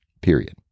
Period